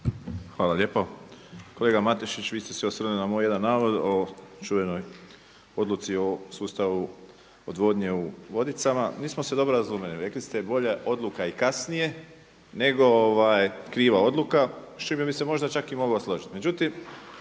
Hvala lijepa. Kolega Matešić, vi ste se osvrnuli na moj jedan navod o čuvenoj odluci o sustavu odvodnje u Vodicama. Nismo se dobro razumjeli, rekli ste bolja odluka i kasnije, nego kriva odluka s čime bi se možda i čak mogao složiti.